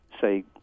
say